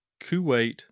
Kuwait